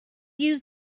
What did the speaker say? use